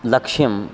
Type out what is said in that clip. लक्ष्यम्